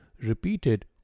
repeated